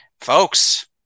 Folks